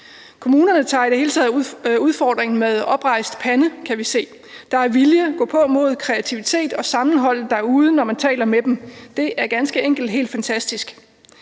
Kommunerne tager i det hele taget udfordringen med oprejst pande, kan vi se. Der er vilje, gåpåmod, kreativitet og sammenhold derude, når man taler med dem. Det er ganske enkelt helt fantastisk.